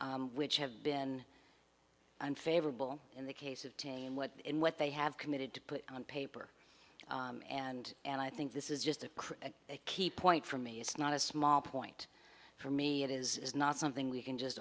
which have been unfavorable in the case of team what in what they have committed to put on paper and and i think this is just a key point for me it's not a small point for me it is not something we can just